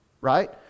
Right